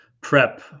prep